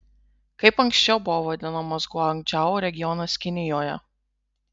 kaip anksčiau buvo vadinamas guangdžou regionas kinijoje